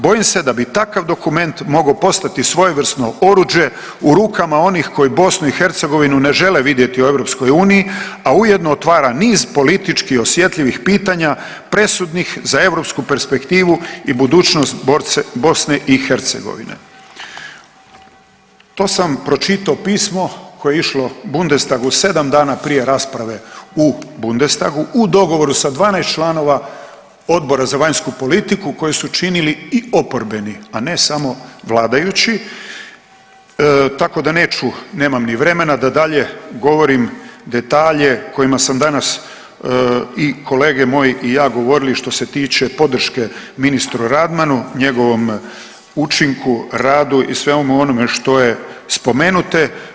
Bojim se da bi takav dokument mogao postati svojevrsno oruđe u rukama onima koji Bosnu i Hercegovinu ne žele vidjeti u Europskoj uniji, a ujedno otvara niz politički osjetljivih pitanja presudnih za europsku perspektivu i budućnost Bosne i Hercegovine.“ To sam pročitao pismo koje je išlo Bundestagu 7 dana prije rasprave u Bundestagu u dogovoru sa 12 članova Odbora za vanjsku politiku koju su činili i oporbeni a ne samo vladajući tako da neću, nemam ni vremena da dalje govorim detalje o kojima sam danas i kolege moji i ja govorili što se tiče podrške ministru Radmanu, njegovom učinku, radu i svemu onome što je spomenuto.